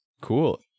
Cool